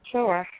Sure